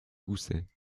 goussets